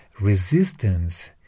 resistance